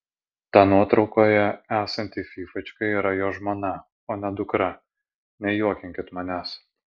ta nuotraukoje esanti fyfačka yra jo žmona o ne dukra nejuokinkit manęs